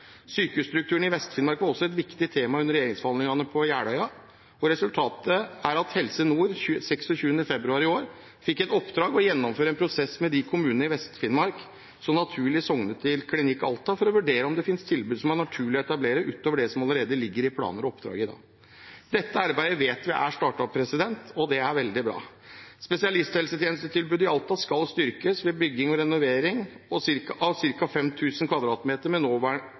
Sykehusstrukturen i Vest-Finnmark var også et viktig tema under regjeringsforhandlingene på Jeløya, og resultatet er at Helse Nord 26. februar i år fikk i oppdrag å gjennomføre en prosess med de kommunene i Vest-Finnmark som naturlig sognet til Klinikk Alta, for å vurdere om det finnes tilbud som det er naturlig å etablere utover det som allerede ligger i planer og oppdrag i dag. Dette arbeidet vet vi er startet, og det er veldig bra. Spesialisthelsetjenestetilbudet i Alta skal styrkes ved bygging og renovering